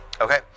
Okay